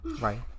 Right